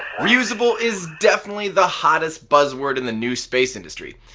reusable is definitely the hottest buzz word in the new space industry.